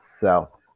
South